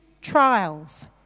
trials